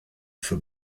for